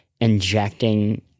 injecting